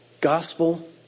Gospel